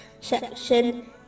section